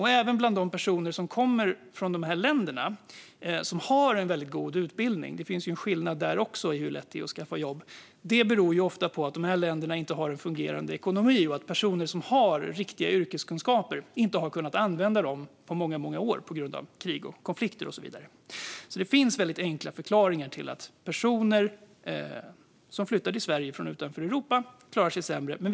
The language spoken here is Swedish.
När det gäller personer med god utbildning och riktiga yrkeskunskaper har de inte kunnat använda dem på många år eftersom landets ekonomi inte fungerat på grund av krig och konflikter. Det finns alltså enkla förklaringar till att personer som flyttar till Sverige från utanför Europa klarar sig sämre.